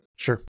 sure